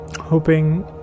hoping